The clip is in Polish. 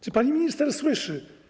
Czy pani minister słyszy?